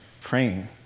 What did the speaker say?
praying